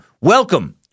welcome